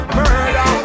murder